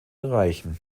reichen